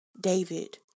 David